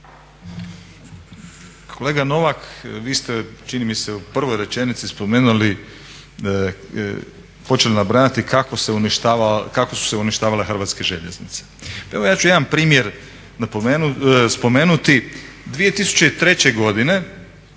Kolega Novak, vi ste čini mi se u prvoj rečenici spomenuli, počeli nabrajati kako se uništava, kako su se uništavale Hrvatske željeznice. Pa evo ja ću jedan primjer spomenuti 2003. godine